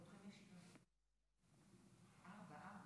במסגרת נאומים בני דקה,